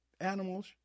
animals